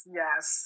yes